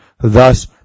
thus